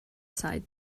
zeit